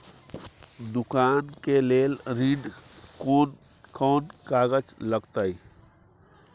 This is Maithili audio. दुकान के लेल ऋण कोन कौन कागज लगतै?